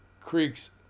creeks